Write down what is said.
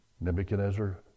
Nebuchadnezzar